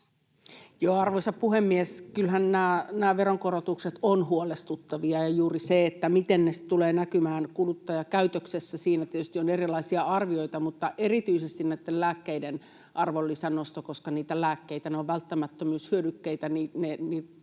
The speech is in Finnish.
Arvoisa puhemies! Kyllähän nämä veronkorotukset ovat huolestuttavia ja juuri se, miten ne sitten tulevat näkymään kuluttajakäytöksessä. Siitä tietysti on erilaisia arvioita, mutta erityisesti lääkkeiden arvonlisän nosto huolestuttaa, koska lääkkeet ovat välttämättömyyshyödykkeitä,